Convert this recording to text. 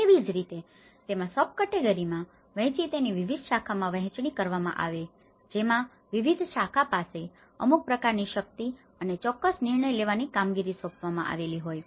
તેવી જ રીતે તેમાં સબ કેટેગરીમાં વહેંચીને તેની વિવિધ શાખામાં વહેંચણી કરવામાં આવે છે જેમાં વિવિધ શાખા પાસે અમુક પ્રકારની શક્તિ અને ચોક્કસ નિર્ણય લેવાની કામગીરી સોંપવામાં આવેલી હોય છે